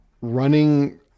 running